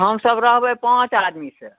हमसब रहबै पाँच आदमीसॅं